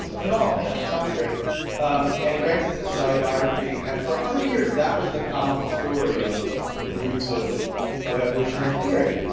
and it all you know sounded great and he writes this in his autobiography. and for a hundred years that was the canonical story of the roots of of evolutionary theory.